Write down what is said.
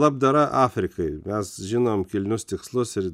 labdarą afrikai mes žinom kilnius tikslus ir